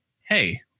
hey